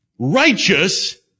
righteous